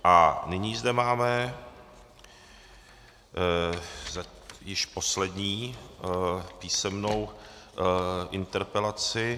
A nyní zde máme již poslední písemnou interpelaci.